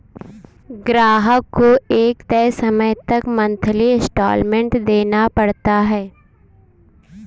ग्राहक को एक तय समय तक मंथली इंस्टॉल्मेंट देना पड़ता है